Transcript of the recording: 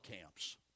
camps